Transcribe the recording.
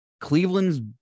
Cleveland's